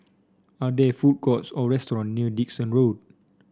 are there food courts or restaurants near Dickson Road